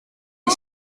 les